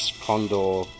condor